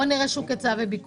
בוא נראה את שוק ההיצע והביקוש.